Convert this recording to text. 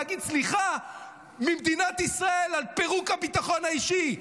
להגיד סליחה למדינת ישראל על פירוק הביטחון האישי.